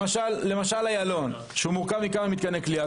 למשל איילון שמורכב מכמה מתקני כליאה,